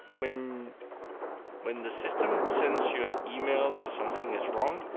when when the system sends you an email that something is wrong,